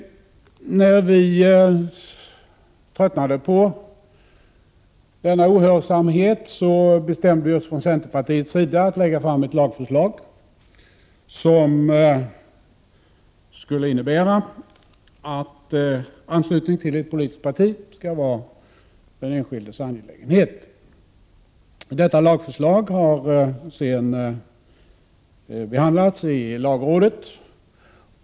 När vi tröttnade på denna ohörsamhet bestämde vi oss från centerpartiets sida för att lägga fram ett lagförslag, som skulle innebära att anslutningen till ett politiskt parti skall vara den enskildes angelägenhet. Detta lagförslag har sedan behandlats av lagrådet.